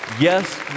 Yes